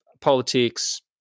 politics